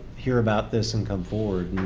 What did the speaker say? hear about this and come forward.